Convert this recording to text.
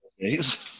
days